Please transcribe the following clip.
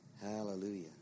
Hallelujah